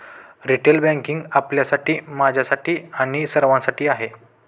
retail banking आपल्यासाठी, माझ्यासाठी आणि सर्वांसाठी आहे